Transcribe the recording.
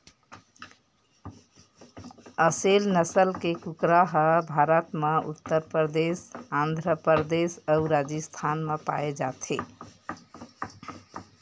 असेल नसल के कुकरा ह भारत म उत्तर परदेस, आंध्र परदेस अउ राजिस्थान म पाए जाथे